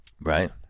Right